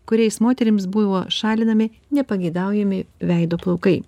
kuriais moterims buvo šalinami nepageidaujami veido plaukai